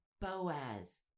Boaz